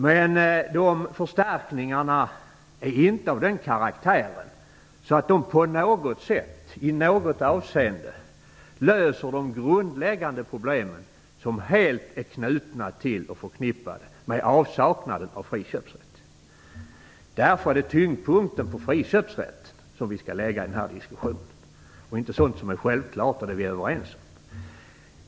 Men de förstärkningarna är inte av den karaktären att de på något sätt i något avseende löser de grundläggande problem som helt är knutna till och förknippade med avsaknaden av friköpsrätt. Därför bör tyngdpunkten i denna debatt ligga på friköpsrätten. Vi behöver inte diskutera det som är självklart och som vi är överens om.